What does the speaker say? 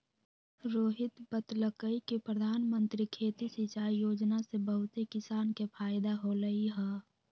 रोहित बतलकई कि परधानमंत्री खेती सिंचाई योजना से बहुते किसान के फायदा होलई ह